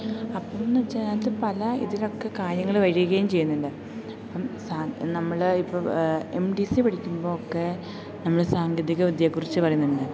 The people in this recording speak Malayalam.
അപ്പമെന്ന് വെച്ചാൽ അതിനകത്ത് പല ഇതിലൊക്കെ കാര്യങ്ങള് വരികയും ചെയ്യുന്നുണ്ട് അപ്പം സാ നമ്മള് ഇപ്പം എം ഡി സി പഠിക്കുമ്പോൾ ഒക്കെ നമ്മള് സാങ്കേതിക വിദ്യയെക്കുറിച്ച് പറയുന്നുണ്ട്